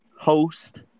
host